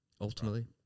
Ultimately